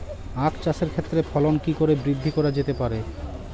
আক চাষের ক্ষেত্রে ফলন কি করে বৃদ্ধি করা যেতে পারে?